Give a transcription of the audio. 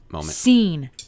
scene